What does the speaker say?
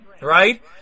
right